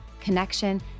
connection